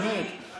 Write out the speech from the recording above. בבקשה, נו, קדימה.